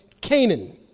Canaan